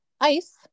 Ice